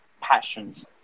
passions